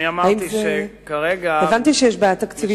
הבנתי שיש בעיה תקציבית.